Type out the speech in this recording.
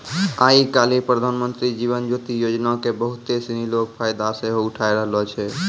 आइ काल्हि प्रधानमन्त्री जीवन ज्योति योजना के बहुते सिनी लोक फायदा सेहो उठाय रहलो छै